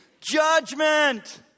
Judgment